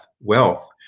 wealth